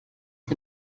der